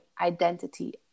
identity